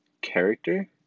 character